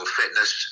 fitness